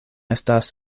estas